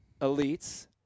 elites